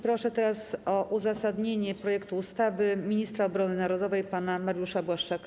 Proszę teraz o uzasadnienie projektu ustawy ministra obrony narodowej pana Mariusza Błaszczaka.